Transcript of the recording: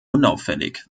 unauffällig